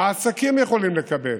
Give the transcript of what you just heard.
מה העסקים יכולים לקבל.